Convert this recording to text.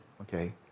okay